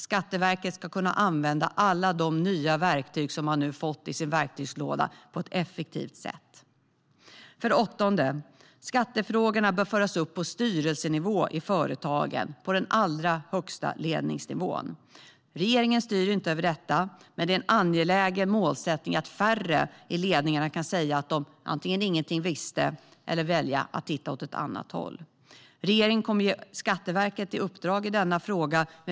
Skatteverket ska kunna använda alla de nya verktyg man nu fått i sin verktygslåda på ett effektivt sätt. För det åttonde: Skattefrågorna bör föras upp på styrelsenivå i företagen, på den allra högsta ledningsnivån. Regeringen styr inte över detta, men det är en angelägen målsättning att färre i ledningarna ska kunna säga att de ingenting visste eller välja att titta åt ett annat håll. Regeringen kommer att ge Skatteverket uppdrag i denna fråga.